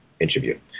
interview